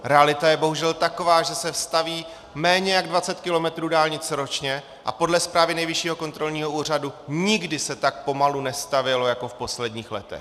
Realita je bohužel taková, že se staví méně než dvacet kilometrů dálnic ročně a podle zprávy Nejvyššího kontrolního úřadu nikdy se tak pomalu nestavělo jako v posledních letech.